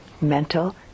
mental